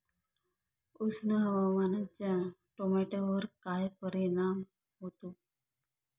उष्ण हवामानाचा टोमॅटोवर काय परिणाम होतो?